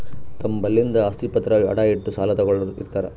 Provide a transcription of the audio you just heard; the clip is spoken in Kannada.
ತಮ್ ಬಲ್ಲಿಂದ್ ಆಸ್ತಿ ಪತ್ರ ಅಡ ಇಟ್ಟು ಸಾಲ ತಗೋಳ್ಳೋರ್ ಇರ್ತಾರ